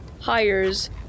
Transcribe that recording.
hires